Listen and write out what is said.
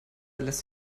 lässt